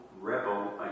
rebel